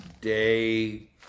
day